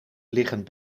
liggen